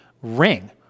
ring